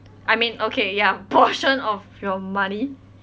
I mean okay ya portion of your money